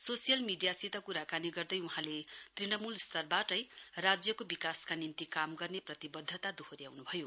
social मिडियासित क्राकानी गैर्दै वहाँले तृणमूल स्तरबाटै राज्यको विकासका निम्ति काम गर्ने प्रतिवध्यता दोहोर्याउनुभयो